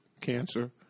cancer